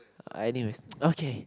I need to okay